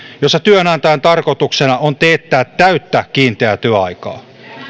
jossa työnantajan tarkoituksena on teettää täyttä kiinteää työaikaa